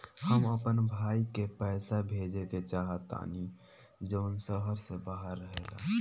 हम अपन भाई को पैसा भेजे के चाहतानी जौन शहर से बाहर रहेला